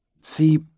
See